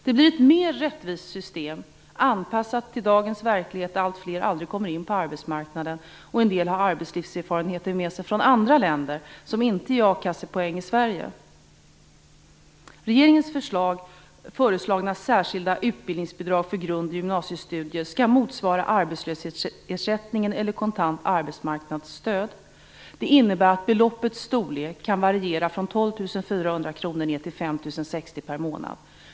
Det blir ett mer rättvist system, anpassat till dagens verklighet, där alltfler aldrig kommer in på arbetsmarknaden och en del har arbetslivserfarenheter med sig från andra länder som inte ger a-kassepoäng i Regeringens föreslagna särskilda utbildningsbidrag för grund och gymnasiestudier skall motsvara arbetslöshetsersättningen eller kontant arbetsmarknadsstöd. Det innebär att beloppets storlek kan variera från 12 400 kr ned till 5 060 kr per månad.